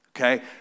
Okay